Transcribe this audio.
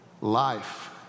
life